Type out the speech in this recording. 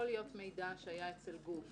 יכול להיות מידע שהיה אצל גוף